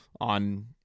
on